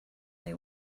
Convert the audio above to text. they